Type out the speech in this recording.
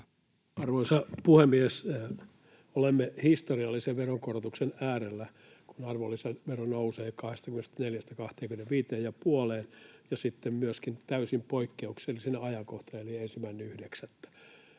Arvoisa puhemies! Olemme historiallisen veronkorotuksen äärellä, kun arvonlisävero nousee 24:stä 25:een ja puoleen ja sitten myöskin täysin poikkeuksellisena ajankohtana eli 1.9.